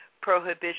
prohibition